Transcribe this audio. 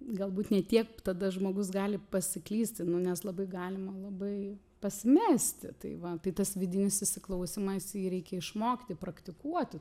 galbūt ne tiek tada žmogus gali pasiklysti nu nes labai galima labai pasimesti tai va tai tas vidinis įsiklausymas jį reikia išmokti praktikuoti